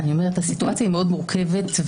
הסיטואציה מאוד מורכבת,